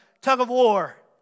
tug-of-war